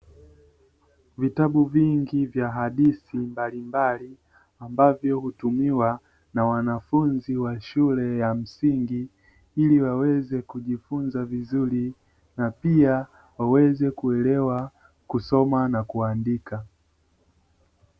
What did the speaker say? Vitabu vingi vya hadithi mbalimbali ambavyo hutumiwa na wanafunzi wa shule ya msingi, ili waweze kujifunza vizuri na pia waweze kuelewa kusoma na kuandika.